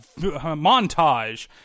montage